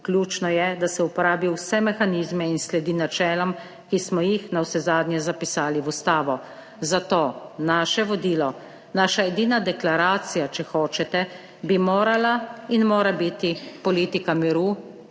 Ključno je, da se uporabi vse mehanizme in sledi načelom, ki smo jih navsezadnje zapisali v Ustavo. Zato naše vodilo, naša edina deklaracija, če hočete, bi morala **18. TRAK: (DAG)